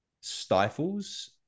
stifles